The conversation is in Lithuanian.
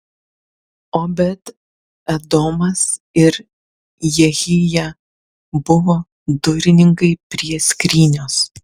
obed edomas ir jehija buvo durininkai prie skrynios